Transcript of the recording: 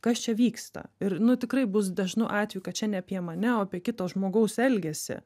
kas čia vyksta ir nu tikrai bus dažnu atveju kad čia ne apie mane o apie kito žmogaus elgesį